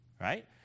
Right